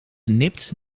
nipt